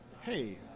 hey